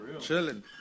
Chilling